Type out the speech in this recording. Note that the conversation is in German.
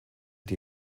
die